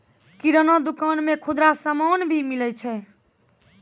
किराना दुकान मे खुदरा समान भी मिलै छै